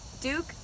Duke